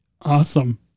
Awesome